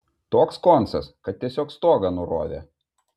toks koncas kad tiesiog stogą nurovė